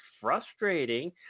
frustrating